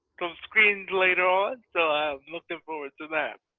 some screens later on. so i'm looking forward to that.